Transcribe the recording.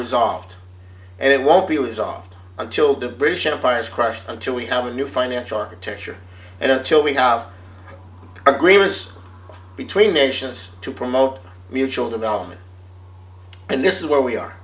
resolved and it won't be resolved until do british empire is crushed until we have a new financial architecture and until we have agreements between nations to promote mutual development and this is where we are